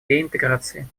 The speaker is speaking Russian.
реинтеграции